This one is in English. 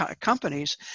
companies